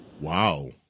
Wow